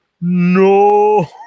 no